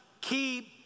keep